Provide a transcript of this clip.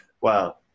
wow